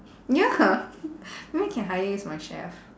ya maybe I can hire you as my chef